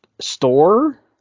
store